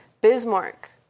Bismarck